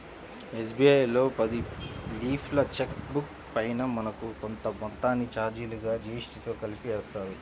SBI లో పది లీఫ్ల చెక్ బుక్ పైన మనకు కొంత మొత్తాన్ని చార్జీలుగా జీఎస్టీతో కలిపి వేస్తారు